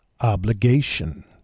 obligation